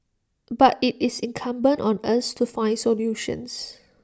but IT is incumbent on us to find solutions